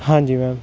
ਹਾਂਜੀ ਮੈਮ